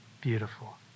beautiful